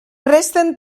resten